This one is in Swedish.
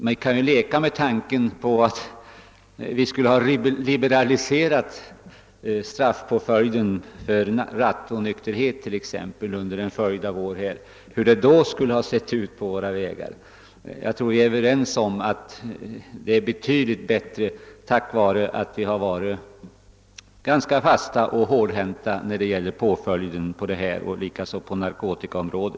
Man kan leka med tanken hur det t.ex. skulle ha sett ut på våra vägar, om vi under en följd av år hade liberaliserat straffpåföljden för rattonykterhet. Jag tror att vi är överens om att förhållandena förbättrats betydligt tack vare vår ganska fasta och hårdhänta politik beträffande påföljderna inom detta liksom inom narkotikans område.